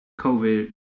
COVID